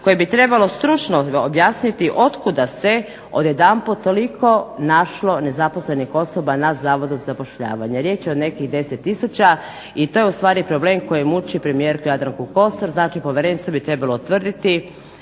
koje bi trebalo stručno objasniti otkuda se odjedanput toliko našlo nezaposlenih osoba na Zavodu za zapošljavanje. Riječ je o nekih 10 tisuća, i to je ustvari problem koji muči premijerku Jadranku Kosor. Znači povjerenstvo bi trebalo utvrditi